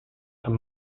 and